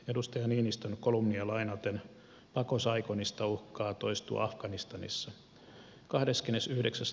edustaja niinistön kolumnia lainaten pako saigonista uhkaa toistua afganistanissa